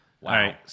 Wow